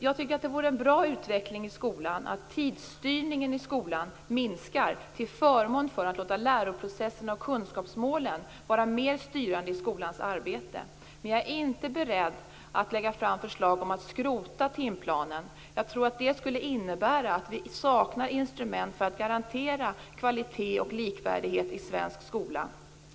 Jag tycker att det vore en bra utveckling i skolan att tidsstyrningen i skolan minskar till förmån för att låta läroprocessen och kunskapsmålen vara mera styrande i skolans arbete, men jag är inte beredd att lägga fram förslag om att skrota timplanen. Jag tror att det skulle innebära att vi saknar instrument för att garantera kvalitet och likvärdighet i svensk skola.